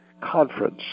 conference